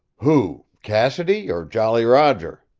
who cassidy, or jolly roger?